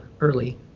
early